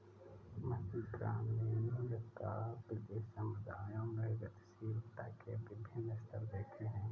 मैंने ग्रामीण काव्य कि समुदायों में गतिशीलता के विभिन्न स्तर देखे हैं